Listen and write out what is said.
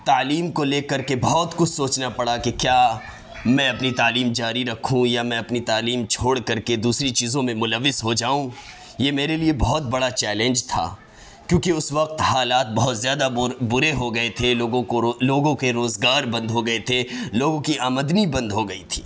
تعلیم کو لے کر کے بہت کچھ سوچنا پڑا کہ کیا میں اپنی تعلیم جاری رکھوں یا میں اپنی تعلیم چھوڑ کر کے دوسری چیزوں میں ملوث ہو جاؤں یہ میرے لیے بہت بڑا چیلنج تھا کیوں کہ اس وقت حالات بہت زیادہ بور برے ہو گئے تھے لوگوں کو رو لوگوں کے روزگار بند ہو گئے تھے لوگوں کی آمدنی بند ہو گئی تھی